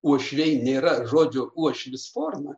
uošiaei nėra žodžio uošvis forma